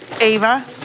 Ava